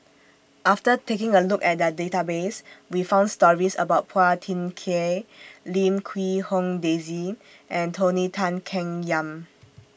after taking A Look At The Database We found stories about Phua Thin Kiay Lim Quee Hong Daisy and Tony Tan Keng Yam